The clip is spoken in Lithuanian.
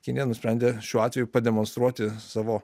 kinija nusprendė šiuo atveju pademonstruoti savo